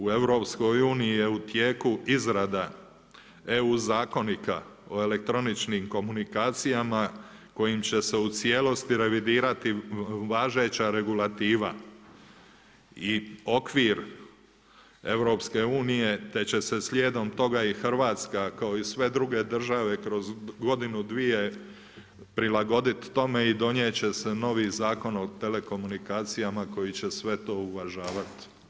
U EU je u tijeku izrada EU zakonika o elektroničkim komunikacijama kojim će se u cijelosti revidirati važeća regulativa i okvir EU, te će slijedom toga i Hrvatska kao i sve druge države, kroz godinu, dvije, prilagoditi tome i donijeti će se novi Zakon o telekomunikacijama koji će sve to uvažavati.